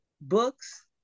books